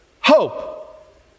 hope